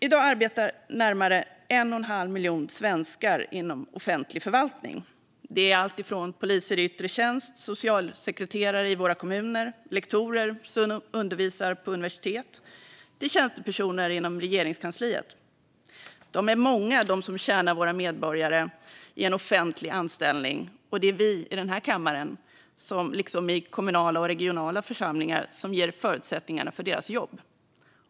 I dag arbetar närmare 1 1⁄2 miljon svenskar inom offentlig förvaltning. Det är alltifrån poliser i yttre tjänst, socialsekreterare i våra kommuner, lektorer som undervisar på universitet till tjänstepersoner inom Regeringskansliet. De som tjänar våra medborgare i en offentlig anställning är många, och det är vi i den här kammaren, precis som i kommunala och regionala församlingar, som ger förutsättningarna för deras jobb.